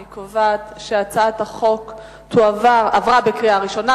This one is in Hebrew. אני קובעת שהצעת החוק עברה בקריאה ראשונה,